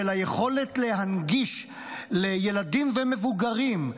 של היכולת להנגיש לילדים ומבוגרים,